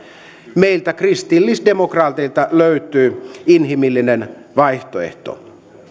meiltä kristillisdemokraateilta löytyy inhimillinen vaihtoehto